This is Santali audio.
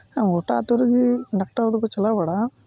ᱜᱚᱴᱟ ᱟᱛᱩ ᱨᱮᱜᱤ ᱰᱟᱠᱴᱚᱨ ᱫᱚᱠᱚ ᱪᱟᱞᱟᱣ ᱵᱟᱲᱟᱜᱼᱟ